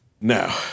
Now